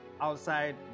outside